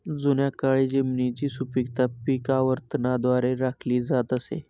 जुन्या काळी जमिनीची सुपीकता पीक आवर्तनाद्वारे राखली जात असे